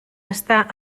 està